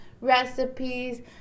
recipes